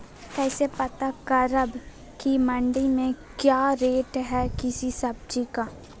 कैसे पता करब की मंडी में क्या रेट है किसी सब्जी का?